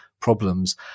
problems